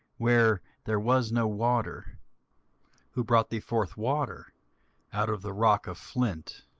where there was no water who brought thee forth water out of the rock of flint